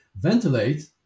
ventilate